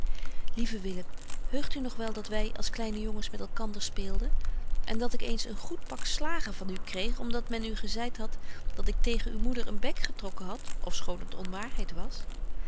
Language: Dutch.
lieve willem heugt u nog wel dat wy als kleine jongens met elkander speelden en dat ik eens een goed pak slagen van u kreeg om dat men u gezeit hadt dat ik tegen uw moeder een bek getrokken had ofschoon het onwaarheid was